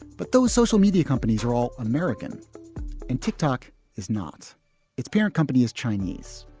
but those social media companies are all american and tick-tock is not its parent company is chinese,